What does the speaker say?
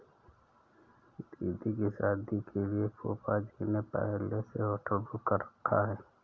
दीदी की शादी के लिए फूफाजी ने पहले से होटल बुक कर रखा है